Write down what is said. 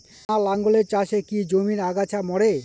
টানা লাঙ্গলের চাষে কি জমির আগাছা মরে?